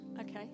Okay